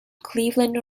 cleveland